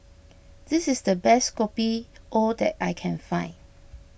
this is the best Kopi O that I can find